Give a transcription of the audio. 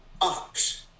ox